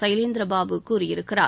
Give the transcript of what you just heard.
சைலேந்திரபாபு கூறியிருக்கிறார்